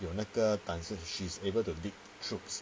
有那个胆子 she's able to dig troops